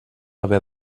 haver